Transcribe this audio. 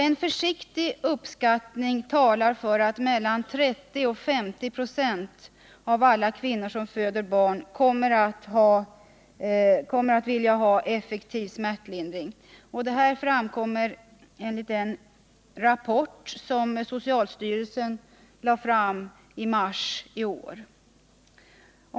En försiktig uppskattning talar för att 30-50 96 av alla kvinnor som föder barn kommer att vilja ha effektiv smärtlindring — det framkommer i den rapport som socialstyrelsen lade fram i mars i år.